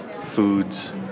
foods